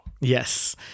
yes